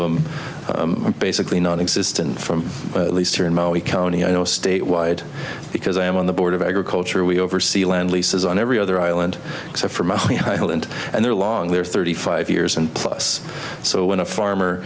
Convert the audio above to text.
them basically non existent from at least here in maui county i know statewide because i am on the board of agriculture we oversee land leases on every other island from ohio and and they're long they're thirty five years and plus so when a farmer